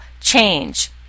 change